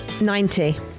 Ninety